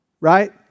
Right